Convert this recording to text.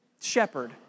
shepherd